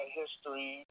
history